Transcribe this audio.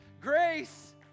grace